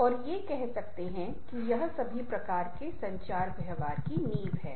और ये कह सकते है कि यह सभी प्रकार के संचार व्यवहार की नींव है